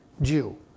Jew